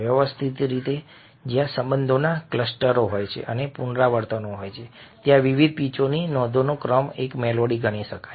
વ્યવસ્થિત રીતે વ્યવસ્થિત રીતે જ્યાં સંબંધોના ક્લસ્ટરો હોય અથવા પુનરાવર્તનો હોય ત્યાં વિવિધ પિચની નોંધોનો ક્રમ એક મેલોડી ગણી શકાય